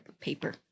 paper